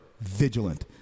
vigilant